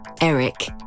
Eric